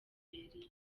liberia